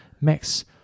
Max